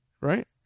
right